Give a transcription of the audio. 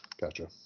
Gotcha